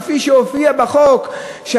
כפי שהופיע בחוק שנלר,